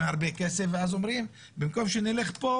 הרבה כסף ואז הם אומרים: במקום שנלך לחוף הזה,